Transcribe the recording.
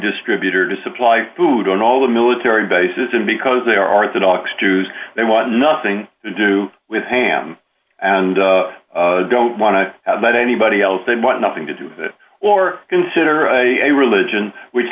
distributor to supply food on all the military bases and because they are orthodox jews they want nothing to do with ham and don't want to let anybody else they want nothing to do that or consider a religion which